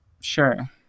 Sure